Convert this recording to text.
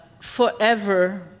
Forever